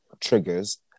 triggers